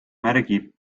märgib